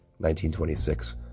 1926